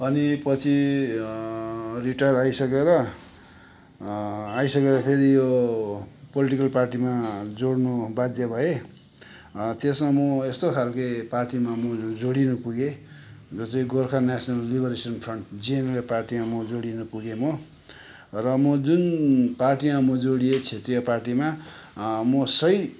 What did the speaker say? अनि पछि रिटायर आइसकेर आइसकेर फेरि यो पोल्टिकल पार्टीमा जोड्नु बाध्य भए त्यसमा म यस्तो खालके पार्टीमा म जोडिनु पुगे जो चाहिँ Gorkha national liberation front GNLF पार्टीमा म जोडिन पुगेँ म र म जुन पार्टीमा म जोडिए क्षेत्रीय पार्टीमा म सही